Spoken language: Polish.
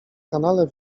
kanale